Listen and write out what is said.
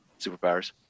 Superpowers